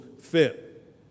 fit